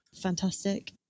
fantastic